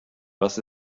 was